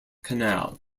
canal